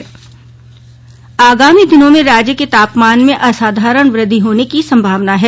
मौसम आगामी दिनों में राज्य के तापमान में असाधारण वृद्धि होनें की संभावना है